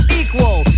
equal